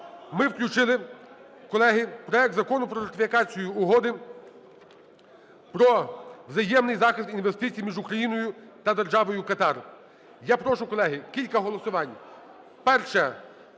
Ми включили, колеги, проект Закону про ратифікацію Угоди про взаємний захист інвестицій між Україною та Державою Катар. Я прошу, колеги, кілька голосувань.